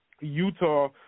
Utah